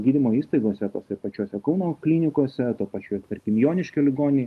gydymo įstaigose tose pačiose kauno klinikose tuo pačiu ir tarkim joniškio ligoninėj